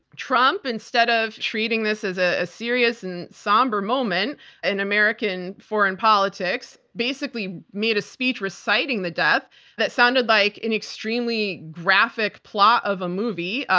trump, instead of treating this as a a serious and somber moment in american foreign politics, basically made a speech reciting the death that sounded like an extremely graphic plot of a movie.